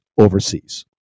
overseas